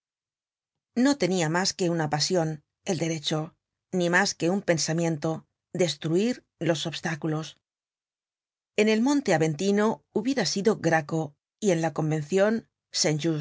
no tenia mas que una pasion el derecho ni mas que un pensamiento destruir los obstáculos en el monte aventino hubiera sido graco y en la convencion